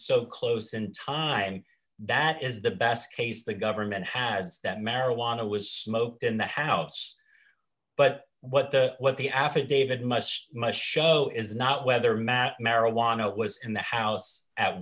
so close d in time that is the best case the government has that marijuana was smoked in the house but what the what the affidavit must must show is not whether mat marijuana was in the house at